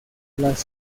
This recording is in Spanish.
las